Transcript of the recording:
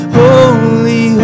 holy